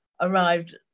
arrived